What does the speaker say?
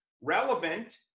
Relevant